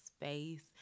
space